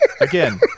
Again